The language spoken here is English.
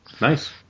nice